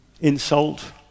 insult